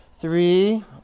Three